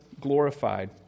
glorified